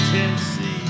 Tennessee